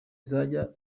yajya